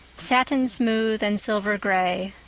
satin smooth and silver gray,